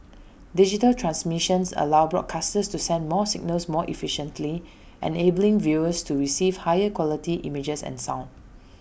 digital transmissions allow broadcasters to send more signals more efficiently enabling viewers to receive higher quality images and sound